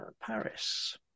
paris